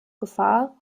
gefahr